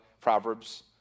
Proverbs